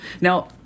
Now